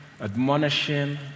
admonishing